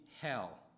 hell